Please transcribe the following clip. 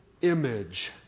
image